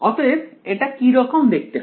অতএব এটা কি রকম দেখতে হয়